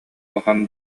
улахан